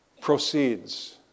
proceeds